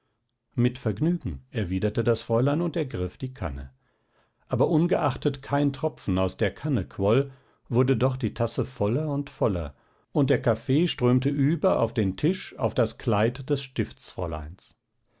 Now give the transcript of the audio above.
mit vergnügen erwiderte das fräulein und ergriff die kanne aber ungeachtet kein tropfen aus der kanne quoll wurde doch die tasse voller und voller und der kaffee strömte über auf den tisch auf das kleid des stiftsfräuleins